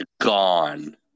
gone